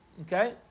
okay